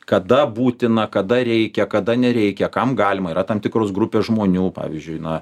kada būtina kada reikia kada nereikia kam galima yra tam tikros grupės žmonių pavyzdžiui na